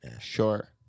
Sure